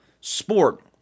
sport